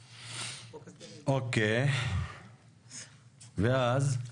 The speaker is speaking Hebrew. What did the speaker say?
אוקיי, ואז?